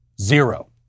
zero